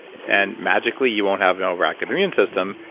and magically you won't have an overactive immune system,